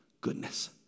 goodness